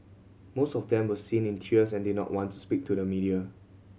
most of them were seen in tears and did not want to speak to the media